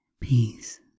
Peace